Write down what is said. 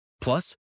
Plus